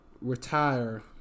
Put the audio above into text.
retire